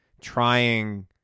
trying